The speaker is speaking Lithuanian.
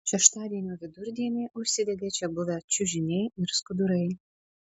šeštadienio vidurdienį užsidegė čia buvę čiužiniai ir skudurai